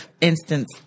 instance